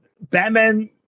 Batman